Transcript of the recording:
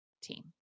team